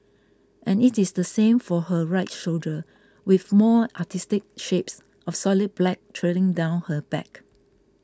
and it is the same for her right shoulder with more artistic shapes of solid black trailing down her back